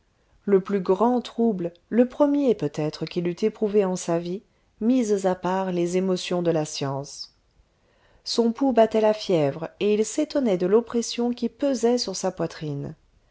le plus grand trouble le premier peut-être qu'il eût éprouvé en sa vie mises à part les émotions de la science son pouls battait la fièvre et il s'étonnait de l'oppression qui pesait sur sa poitrine